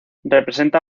representa